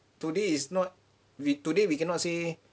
today is not we today we cannot say